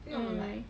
mm